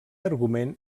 argument